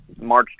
March